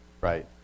right